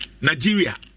Nigeria